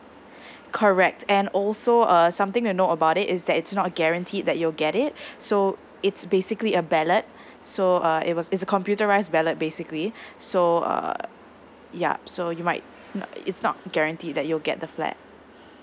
correct and also uh something you've know about it is that it's not guarantee that you'll get it so it's basically a ballot so uh it was it's a computerised ballot basically so err yup so you might no uh it's not guarantee that you'll get the flat